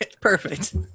perfect